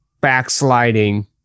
backsliding